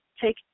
take